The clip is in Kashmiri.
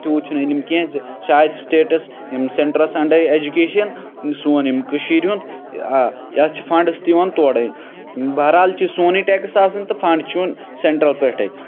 تیوٗت چھِنہٕ علم کینٛہہ زِ شاید چھِ سٹیٹَس یِم سٮ۪ٹرٛس اَنڈَر یہِ ایٚجوکیشَن سون ییٚمہِ کٔشیٖرِ ہُںٛد یَتھ چھِ فَنڈٕس تہِ یِوان توڑَے بہرحال چھِ سونُے ٹیٚکٕس آسان تہٕ فَںٛڈ چھِ یِوان سٮ۪نٹرٛل پٮ۪ٹھٕے